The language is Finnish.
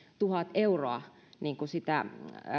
tuhat euroa sitä